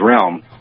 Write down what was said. realm